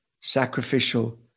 sacrificial